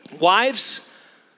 Wives